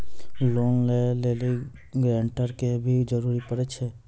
Loan लै लेली guarantor के भी जरूरी पड़ै छै?